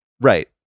right